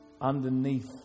underneath